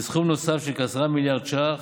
וסכום נוסף של כ-10 מיליון ש"ח